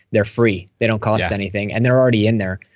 they're free. they don't cost anything. and they're already in there.